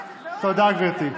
תודה, גברתי.